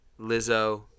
Lizzo